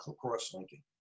cross-linking